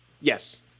Yes